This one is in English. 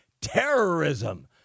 terrorism